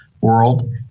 world